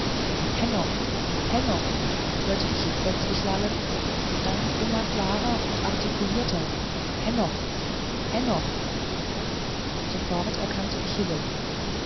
henoch henoch hörte ich ihn plötzlich lallen dann immer klarer und artikulierter henoch henoch sofort erkannte ich